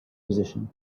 position